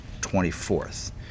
24th